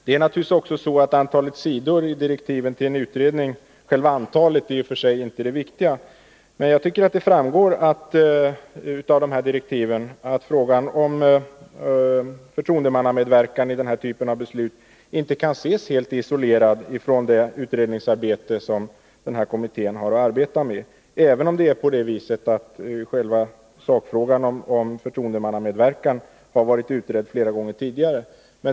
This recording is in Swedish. Antalet sidor i ett utredningsbetänkande är naturligtvis inte i och för sig det viktiga. Jag tycker att det framgår av direktiven till utredningen att frågan om förtroendemannamedverkan i den här typen av beslut inte kan ses helt isolerad från det utredningsarbete som den här kommittén har att arbeta med, även om sakfrågan om förtroendemannamedverkan har varit utredd flera gånger tidigare.